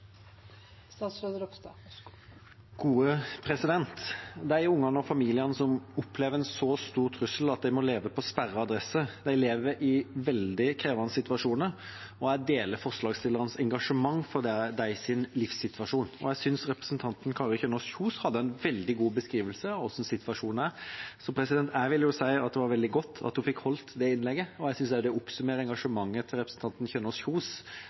De barna og familiene som opplever en så stor trussel at de må leve på sperret adresse, lever i veldig krevende situasjoner. Jeg deler forslagsstillernes engasjement for deres livssituasjon, og jeg synes representanten Kari Kjønaas Kjos hadde en veldig god beskrivelse av hvordan situasjonen er. Jeg vil jo si at det var veldig godt at hun fikk holdt dette innlegget, og jeg synes også det oppsummerer engasjementet til representanten Kjønaas Kjos,